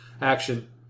action